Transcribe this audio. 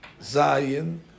Zion